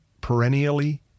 perennially